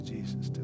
Jesus